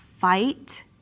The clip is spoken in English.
Fight